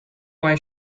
why